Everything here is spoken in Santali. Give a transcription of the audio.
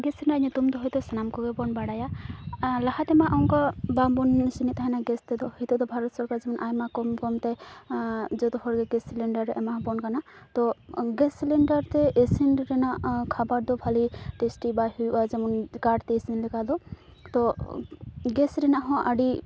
ᱜᱮᱥ ᱨᱮᱱᱟᱜ ᱧᱩᱛᱩᱢ ᱫᱚ ᱦᱚᱭᱛᱚ ᱥᱟᱱᱟᱢ ᱠᱚᱜᱮᱵᱤᱱ ᱵᱟᱲᱟᱭᱟ ᱞᱟᱦᱟ ᱛᱮᱢᱟ ᱚᱝᱠᱟ ᱵᱟᱵᱚᱱ ᱤᱥᱤᱱᱮᱫ ᱛᱟᱦᱮᱱᱟ ᱜᱮᱥ ᱛᱮᱫᱚ ᱦᱤᱛᱚᱜ ᱫᱚ ᱵᱷᱟᱨᱚᱛ ᱥᱚᱨᱠᱟᱨ ᱡᱮᱢᱚᱱ ᱟᱭᱢᱟ ᱠᱚᱢ ᱠᱚᱢᱛᱮ ᱡᱚᱛᱚ ᱦᱚᱲᱜᱮ ᱜᱮᱥ ᱥᱤᱞᱤᱱᱰᱟᱨ ᱮᱢᱟᱦᱟᱵᱚᱱ ᱠᱟᱱᱟ ᱛᱚ ᱜᱮᱥ ᱥᱤᱞᱤᱱᱰᱟᱨ ᱛᱮ ᱤᱥᱤᱱ ᱨᱮᱱᱟᱜ ᱠᱷᱟᱵᱟᱨ ᱫᱚ ᱵᱷᱟᱞᱮ ᱴᱮᱥᱴᱤ ᱵᱟᱭ ᱦᱩᱭᱩᱜᱼᱟ ᱡᱮᱢᱚᱱ ᱠᱟᱴᱛᱮ ᱤᱥᱤᱱ ᱞᱮᱠᱟ ᱫᱚ ᱛᱚ ᱜᱮᱥ ᱨᱮᱱᱟᱜ ᱦᱚᱸ ᱟᱹᱰᱤ